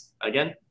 again